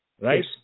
right